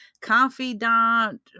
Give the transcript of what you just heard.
confidant